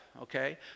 okay